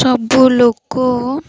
ସବୁ ଲୋକ